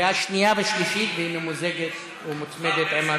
אנחנו עוברים להצבעה על